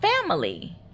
family